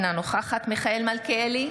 אינה נוכחת מיכאל מלכיאלי,